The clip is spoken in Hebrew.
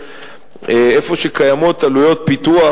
איפה שקיימות עלויות פיתוח,